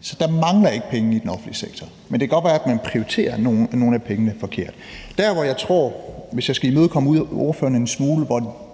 Så der mangler ikke penge i den offentlige sektor. Men det kan godt være, at man prioriterer nogle af pengene forkert. Hvis jeg skal imødekomme ordføreren en smule,